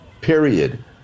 period